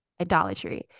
idolatry